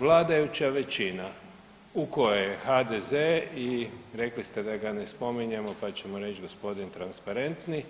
Vladajuća većina u kojoj je HDZ i, rekli ste da ga ne spominjemo pa ćemo reći g. transparentni